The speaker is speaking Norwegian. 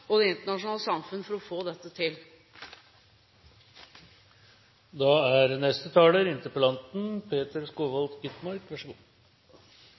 og det internasjonale samfunn for å få til dette. Norge er